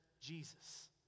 Jesus